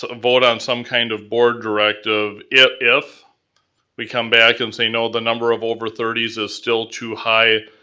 ah vote on some kind of board directive, if we come back and say no the number of over thirties is still too high,